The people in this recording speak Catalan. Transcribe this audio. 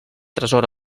tresor